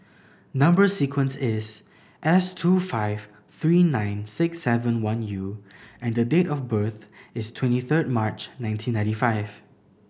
number sequence is S two five three nine six seven one U and date of birth is twenty third March nineteen ninety five